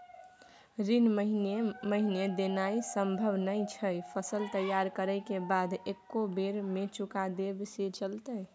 ऋण महीने महीने देनाय सम्भव नय छै, फसल तैयार करै के बाद एक्कै बेर में चुका देब से चलते?